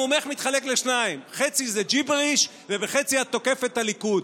נאומך מתחלק לשניים: חצי זה ג'יבריש ובחצי את תוקפת את הליכוד.